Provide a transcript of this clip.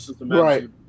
Right